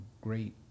great